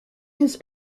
his